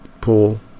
Pool